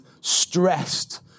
stressed